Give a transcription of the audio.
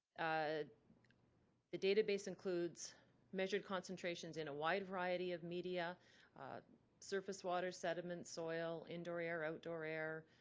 ah the database includes measured concentrations in a wide variety of media surface water, sediment, soil, indoor air, outdoor air,